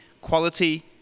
quality